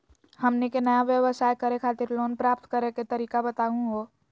हमनी के नया व्यवसाय करै खातिर लोन प्राप्त करै के तरीका बताहु हो?